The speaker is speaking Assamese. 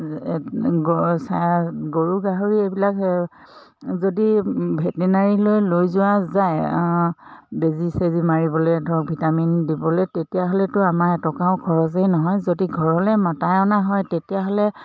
চায়া গৰু গাহৰি এইবিলাক যদি ভেটেনাৰীলৈ লৈ যোৱা যায় বেজি চেজি মাৰিবলৈ ধৰক ভিটামিন দিবলৈ তেতিয়াহ'লেতো আমাৰ এটকাও খৰচেই নহয় যদি ঘৰলৈ মাতায় অনা হয় তেতিয়াহ'লে